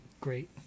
great